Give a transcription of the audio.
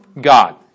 God